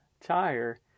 tire